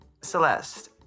Celeste